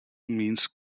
means